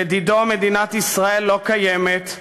לדידו, מדינת ישראל לא קיימת.